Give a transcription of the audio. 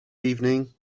evening